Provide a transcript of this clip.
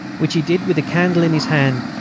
which he did with a candle in his hand,